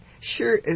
sure